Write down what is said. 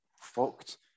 fucked